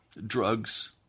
drugs